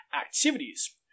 activities